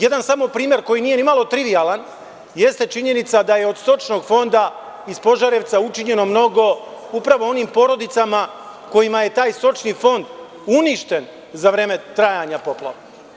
Samo jedan primer koji nije ni malo trivijalan, jeste činjenica da je od stočnog fonda iz Požarevca učinjeno mnogo, upravo onim porodicama kojima je taj stočni fond uništen za vreme trajanja poplava.